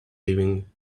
living